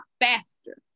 faster